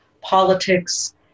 politics